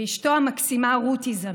ואשתו המקסימה רותי זמיר.